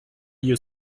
you